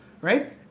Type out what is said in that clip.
Right